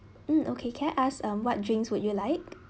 um okay can I ask um what drinks would you like